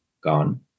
gone